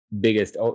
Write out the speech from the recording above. biggest